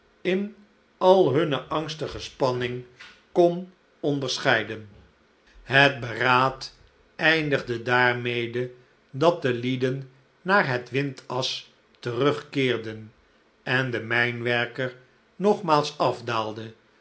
in al hunne angstige spanning kon onderscheiden het beiaad eindigde daarmede dat de lieden naar het windas terugkeerden en de mijnwerker nogmaals afdaalde